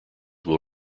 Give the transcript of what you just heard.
will